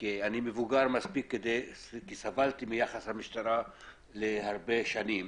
שאני מבוגר וסבלתי מיחס המשטרה הרבה שנים,